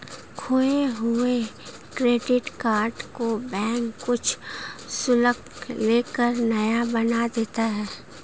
खोये हुए credit card को बैंक कुछ शुल्क ले कर नया बना देता है